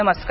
नमस्कार